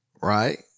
Right